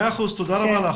מאה אחוז, תודה רבה לך.